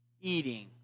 eating